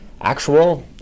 actual